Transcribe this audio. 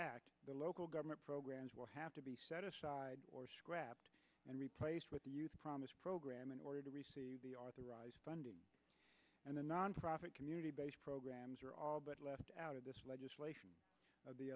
act the local government programs will have to be set aside or scrapped and replaced with the promise graham in order to receive the authorized funding and the nonprofit community based programs are all but left out of this legislation